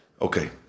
Okay